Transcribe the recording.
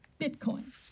Bitcoin